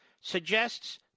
suggests